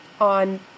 on